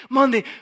Monday